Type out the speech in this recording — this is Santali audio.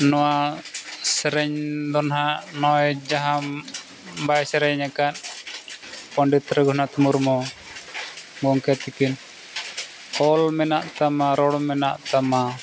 ᱱᱚᱣᱟ ᱥᱮᱨᱮᱧ ᱫᱚ ᱱᱟᱜ ᱱᱚᱜᱼᱚᱭ ᱡᱟᱦᱟᱸ ᱵᱟᱭ ᱥᱮᱨᱮᱧ ᱟᱠᱟᱫ ᱯᱚᱱᱰᱤᱛ ᱨᱚᱜᱷᱩᱱᱟᱛᱷ ᱢᱩᱨᱢᱩ ᱜᱚᱝᱠᱮ ᱛᱤᱠᱤᱱ ᱚᱞ ᱢᱮᱱᱟᱜ ᱛᱟᱢᱟ ᱨᱚᱲ ᱢᱮᱱᱟᱜ ᱛᱟᱢᱟ